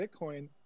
Bitcoin